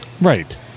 Right